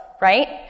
right